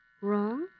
Wrong